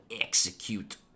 execute